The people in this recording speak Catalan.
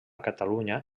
catalunya